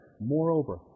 Moreover